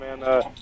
man